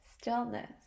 stillness